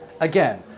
Again